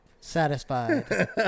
satisfied